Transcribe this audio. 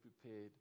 prepared